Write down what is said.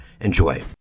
Enjoy